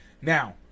now